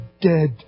dead